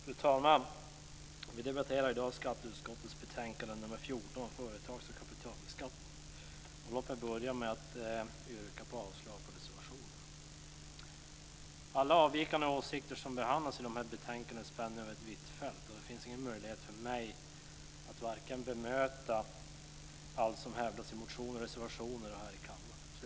Fru talman! Vi debatterar i dag skatteutskottets betänkande 14 om företags och kapitalbeskattning. Låt mig börja med att yrka avslag på reservationerna. Alla avvikande åsikter som behandlas i det här betänkandet spänner över ett vitt fält, och det finns ingen möjlighet för mig att bemöta allt som hävdas i motioner, reservationer och här i kammaren.